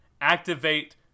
activate